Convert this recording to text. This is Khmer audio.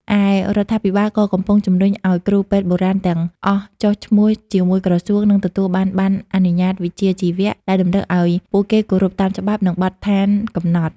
ឯ រដ្ឋាភិបាលក៏កំពុងជំរុញឱ្យគ្រូពេទ្យបុរាណទាំងអស់ចុះឈ្មោះជាមួយក្រសួង និងទទួលបាន ប័ណ្ណអនុញ្ញាតវិជ្ជាជីវៈ ដែលតម្រូវឱ្យពួកគេគោរពតាមច្បាប់ និងបទដ្ឋានកំណត់។